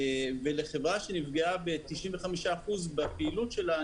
ולחברה שנפגעה ב-95% בפעילות שלה,